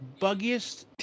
buggiest